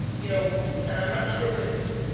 you know and i'm not sure if this is